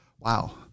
wow